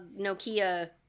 Nokia